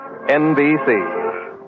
NBC